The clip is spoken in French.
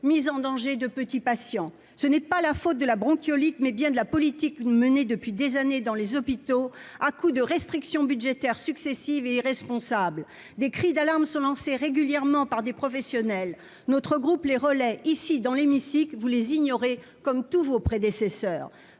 mise en danger de petits patients ce n'est pas la faute de la bronchiolite, mais bien de la politique : une menée depuis des années dans les hôpitaux, à coups de restrictions budgétaires successives et irresponsable des cris d'alarme se lancer régulièrement par des professionnels, notre groupe les relais ici dans l'hémicycle, vous les ignorez comme tous vos prédécesseurs